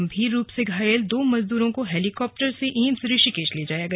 गंभीर रूप से घायल दो मजदूरों को हेलीकॉप्टर से एम्स ऋषिकेश लाया गया